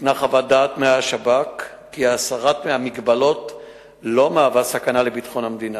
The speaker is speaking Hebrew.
ניתנה חוות דעת מהשב"כ כי הסרת המגבלות לא מהווה סכנה לביטחון המדינה.